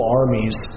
armies